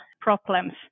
problems